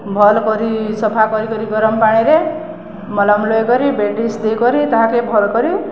ଭଲ୍ କରି ସଫା କରିିକରି ଗରମ୍ ପାଣିରେ ମଲମ୍ ଲଗେଇ କରି ବେଣ୍ଡିସ୍ ଦେଇକରି ତାହାକେ ଭଲ୍ କରି